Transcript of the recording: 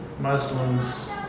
Muslims